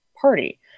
party